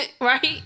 Right